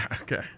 okay